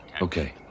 Okay